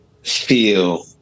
feel